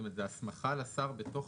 זאת הסמכה לשר בתוך